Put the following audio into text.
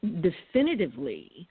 definitively